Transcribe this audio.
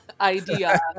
idea